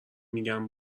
میگن